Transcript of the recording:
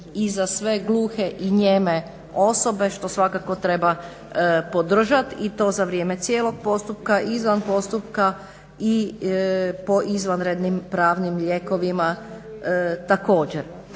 i za sve gluhe i nijeme osobe što svakako treba podržati i to za vrijeme cijelog postupka, izvan postupka i po izvanrednim pravnim lijekovima također.